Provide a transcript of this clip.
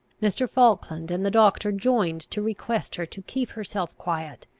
mr. falkland and the doctor joined to request her to keep herself quiet,